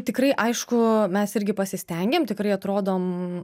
tikrai aišku mes irgi pasistengiam tikrai atrodom